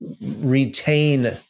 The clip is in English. retain